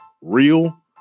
real